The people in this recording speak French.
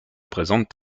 présentent